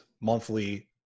monthly